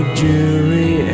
jewelry